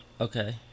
Okay